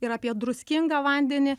ir apie druskingą vandenį